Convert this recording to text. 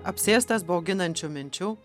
apsėstas bauginančių minčių